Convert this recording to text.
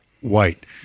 white